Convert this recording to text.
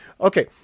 okay